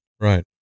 Right